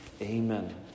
amen